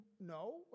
no